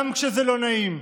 גם כשזה לא נעים,